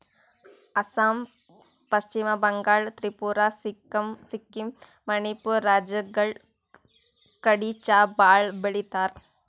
ಅಸ್ಸಾಂ, ಪಶ್ಚಿಮ ಬಂಗಾಳ್, ತ್ರಿಪುರಾ, ಸಿಕ್ಕಿಂ, ಮಣಿಪುರ್ ರಾಜ್ಯಗಳ್ ಕಡಿ ಚಾ ಭಾಳ್ ಬೆಳಿತಾರ್